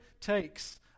takes